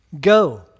Go